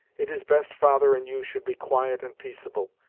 it is best father and you should be quiet and peaceable,